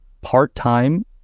part-time